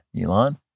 Elon